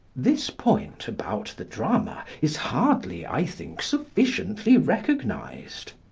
this point about the drama is hardly, i think, sufficiently recognised.